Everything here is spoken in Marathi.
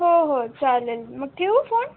हो हो चालेल मग ठेवू फोन